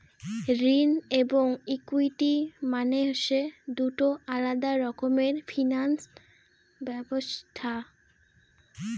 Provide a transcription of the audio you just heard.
ঋণ এবং ইকুইটি মানে হসে দুটো আলাদা রকমের ফিনান্স ব্যবছস্থা